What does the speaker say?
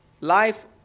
life